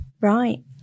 Right